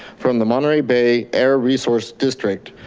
from the monterrey bay air resource district.